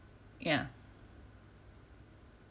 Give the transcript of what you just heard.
ya